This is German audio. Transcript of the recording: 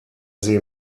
sie